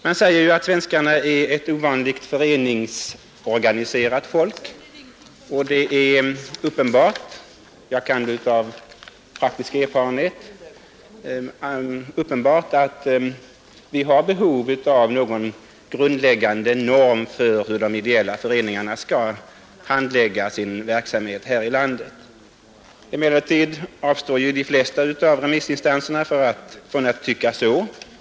Det sägs att svenskarna är ett ovanligt starkt föreningsorganiserat folk. Uppenbart är även att vi har ett behov av grundläggande normer för hur de ideella föreningarna här i landet skall bedriva sin verksamhet. De flesta av remissinstanserna har dock avstått från att tycka så.